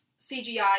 CGI